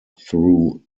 through